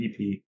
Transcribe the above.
EP